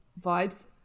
vibes